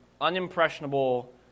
unimpressionable